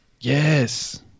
Yes